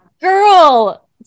Girl